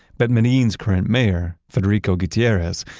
but medellin's current mayor, federico gutierrez,